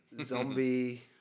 zombie